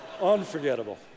Unforgettable